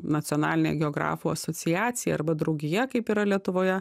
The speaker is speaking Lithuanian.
nacionalinė geografų asociacija arba draugija kaip yra lietuvoje